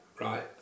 right